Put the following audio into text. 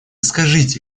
скажите